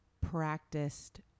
practiced